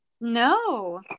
no